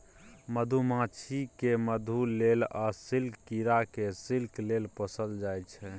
मधुमाछी केँ मधु लेल आ सिल्कक कीरा केँ सिल्क लेल पोसल जाइ छै